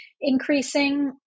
increasing